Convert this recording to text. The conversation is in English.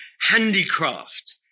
handicraft